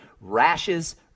Rashes